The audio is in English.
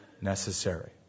necessary